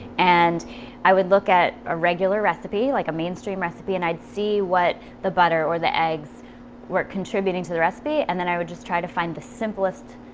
and i would look at a regular recipe like a mainstream recipe and i'd see what the butter or the eggs were contributing to the recipe, and then i would try to find the simplest,